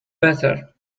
better